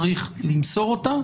צריך למסור אותו,